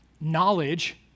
knowledge